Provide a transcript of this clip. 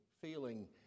feeling